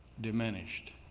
diminished